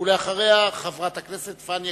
אחריה, חברת הכנסת פניה